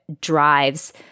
drives